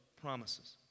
promises